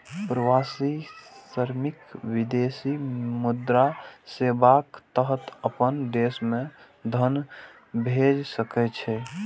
प्रवासी श्रमिक विदेशी मुद्रा सेवाक तहत अपना देश मे धन भेज सकै छै